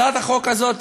הצעת החוק הזאת,